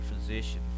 physician